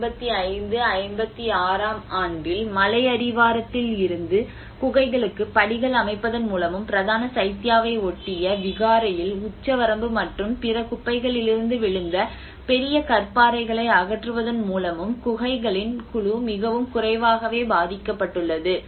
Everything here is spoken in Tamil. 1955 56 ஆம் ஆண்டில் மலையடிவாரத்தில் இருந்து குகைகளுக்கு படிகள் அமைப்பதன் மூலமும் பிரதான சைத்யாவை ஒட்டிய விகாரையில் உச்சவரம்பு மற்றும் பிற குப்பைகளிலிருந்து விழுந்த பெரிய கற்பாறைகளை அகற்றுவதன் மூலமும் குகைகளின் குழு மிகவும் குறைவாகவே பாதிக்கப்பட்டுள்ளது